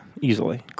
easily